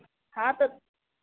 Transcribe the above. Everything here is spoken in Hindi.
हाँ तो